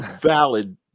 valid